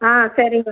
ஆ சரிங்க